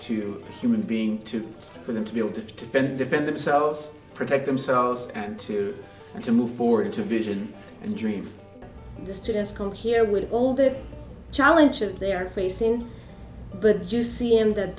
to human being too for them to be able to defend defend themselves protect themselves and to to move forward to beijing and dream to students come here with all the challenges they're facing but just see in that